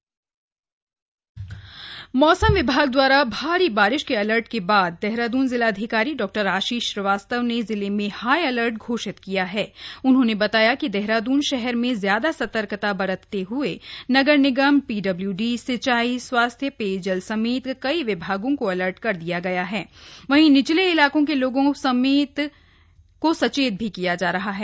मौसम विभाग मौसम विभाग द्वारा भारी बारिश के अर्लट के बाद देहरादून जिलाधिकारी डॉआशीष श्रीवास्तव ने जिले में हाई अलर्ट घोषित किया है उन्होंने बताया कि देहरादून शहर में ज्यादा सतर्कता बरतते हए नगर निगम पीडब्ल्यूडी सिंचाई स्वास्थ्य पेयजल समेत कई विभागों को अलर्ट कर दिया गया है वहीं लो लाइन एरिया में लोगों को सचेत भी किया जा रहा है